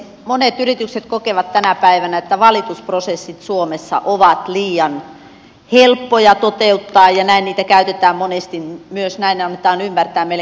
monet yritykset kokevat tänä päivänä että valitusprosessit suomessa ovat liian helppoja toteuttaa ja näin niitä käytetään monesti myös näin annetaan ymmärtää meille kansanedustajillekin hyväksi